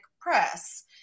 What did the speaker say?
press